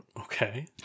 Okay